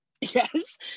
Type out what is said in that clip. yes